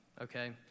Okay